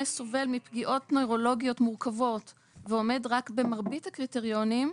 סובל מפגיעות נוירולוגיות מורכבות ועומד רק במרבית הקריטריונים,